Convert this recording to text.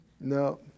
no